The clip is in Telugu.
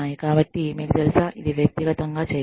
కాబట్టి మీకు తెలుసా ఇది వ్యక్తిగతంగా చేయాలి